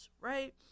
right